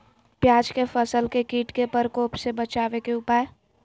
प्याज के फसल के कीट के प्रकोप से बचावे के उपाय?